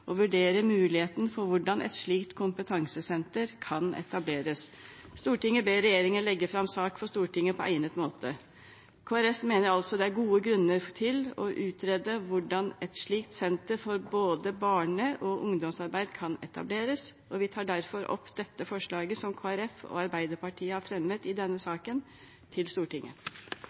og vurdere muligheten for hvordan et slikt kompetansesenter kan etableres. Stortinget ber regjeringen legge fram sak for Stortinget på egnet måte.» Kristelig Folkeparti mener altså at det er gode grunner til å utrede hvordan et slikt senter for både barne- og ungdomsarbeid kan etableres, og vi tar derfor opp dette forslaget, som Kristelig Folkeparti og Arbeiderpartiet har fremmet i denne saken, til Stortinget.